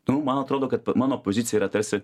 nu man atrodo kad mano pozicija yra tarsi